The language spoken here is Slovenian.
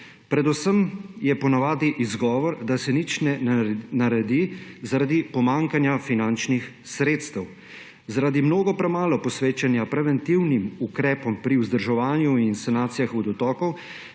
Predvsem je po navadi izgovor, da se nič ne naredi zaradi pomanjkanja finančnih sredstev. Zaradi mnogo premalo posvečanja preventivnim ukrepom pri vzdrževanju in sanacijah vodotokov,